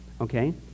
Okay